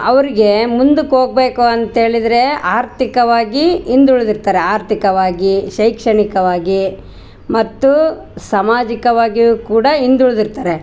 ಅವರಿಗೆ ಮುಂದಕ್ಕೆ ಹೋಗಬೇಕು ಅಂತೆಳಿದರೆ ಆರ್ಥಿಕವಾಗಿ ಹಿಂದುಳಿದಿರ್ತಾರೆ ಆರ್ಥಿಕವಾಗಿ ಶೈಕ್ಷಣಿಕವಾಗಿ ಮತ್ತು ಸಮಾಜಿಕವಾಗಿಯೂ ಕೂಡ ಹಿಂದುಳಿದಿರ್ತಾರೆ